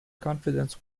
confidence